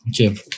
okay